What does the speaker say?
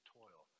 toil